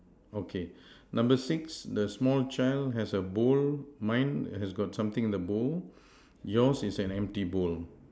okay number six the small child has a bowl mine has got something in the bowl yours is an empty bowl